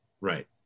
Right